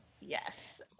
Yes